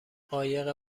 قایق